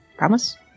promise